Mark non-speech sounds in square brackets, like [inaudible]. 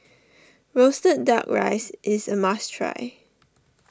Roasted Duck Rice is a must try [noise]